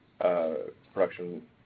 production